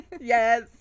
Yes